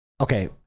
Okay